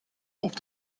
auf